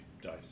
dice